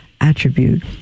attribute